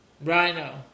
Rhino